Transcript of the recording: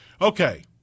Okay